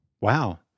Wow